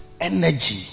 energy